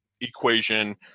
equation